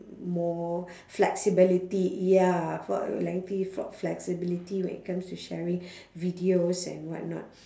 more flexibility ya for lengthy flo~ flexibility when it comes to sharing videos and whatnot